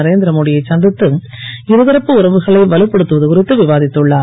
நரேந்திரமோடியை சந்தித்து இருதரப்பு உறவுகளை வலுப்படுத்துவது குறித்து விவாதித்துள்ளார்